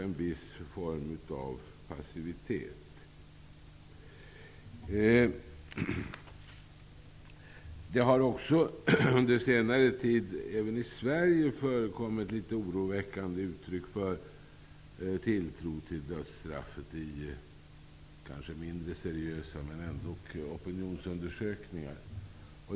En viss form av passivitet utvecklas kanske därför. Under senare tid har det även i Sverige förekommit litet oroväckande uttryck för tilltron till dödsstraffet i -- kanske mindre seriösa -- opinionsundersökningar.